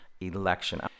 election